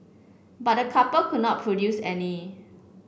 but the couple could not produce any